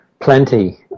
Plenty